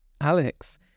Alex